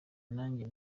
nanjye